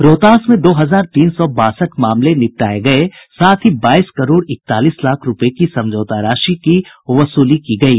रोहतास में दो हजार तीन सौ बासठ मामले निपटाये गये साथ ही बाईस करोड़ इकतालीस लाख रूपये की समझौता राशि की वसूली की गयी